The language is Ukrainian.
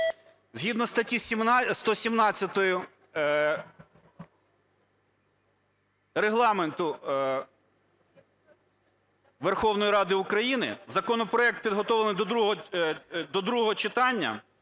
Згідно статті 117 Регламенту Верховної Ради України законопроект підготовлений до другого читання,